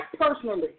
personally